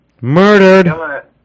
Murdered